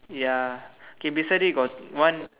ya okay beside it got one